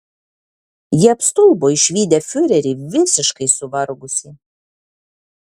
jie apstulbo išvydę fiurerį visiškai suvargusį